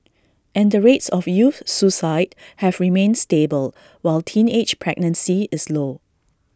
and the rates of youth suicide have remained stable while teenage pregnancy is low